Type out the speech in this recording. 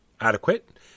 adequate